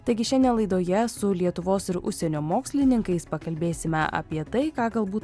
taigi šiandien laidoje su lietuvos ir užsienio mokslininkais pakalbėsime apie tai ką galbūt